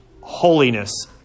holiness